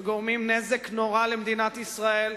שגורמים נזק נורא למדינת ישראל.